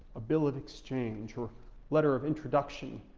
a bill of exchange or letter of introduction.